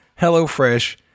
HelloFresh